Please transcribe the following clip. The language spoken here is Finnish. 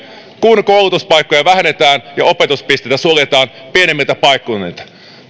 kun koulutuspaikkoja vähennetään ja opetuspisteitä suljetaan pienemmiltä paikkakunnilta